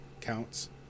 counts